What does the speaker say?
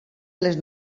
les